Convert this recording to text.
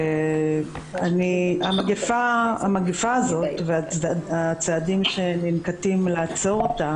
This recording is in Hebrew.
המגיפה הזאת והצעדים שננקטים לעצור אותה,